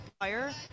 fire